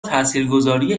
تاثیرگذاری